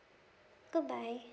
good bye